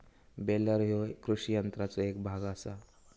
baler ह्यो कृषी यंत्राचो एक भाग आसा